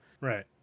Right